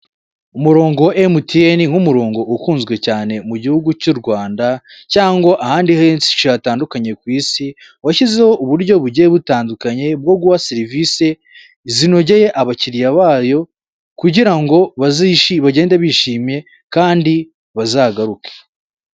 Umurongo wa MTN nk'umurongo ukunzwe cyane mu gihugu cy'u Rwanda cyangwa ahandi henshi hatandukanye ku isi, washyizeho uburyo bugiye butandukanye bwo guha serivisi zinogeye abakiriya bayo kugira ngo bazishi bagende bishimye kandi bazagaruke.